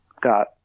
got